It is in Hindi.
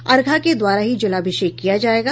अर्घा के द्वारा ही जलाभिषेक किया जायेगा